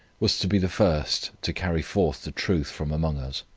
was to be the first to carry forth the truth from among us.